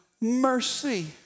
mercy